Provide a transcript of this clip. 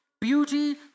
Beauty